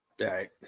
Right